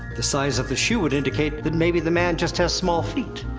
the size of the shoe would indicate that maybe the man just has small feet?